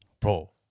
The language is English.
bro